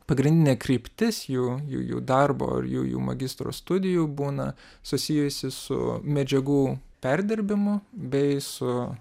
pagrindinė kryptis jų jų darbo ar jų jų magistro studijų būna susijusi su medžiagų perdirbimu bei su